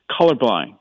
colorblind